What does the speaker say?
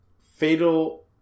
Fatal